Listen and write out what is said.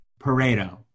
Pareto